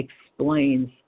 explains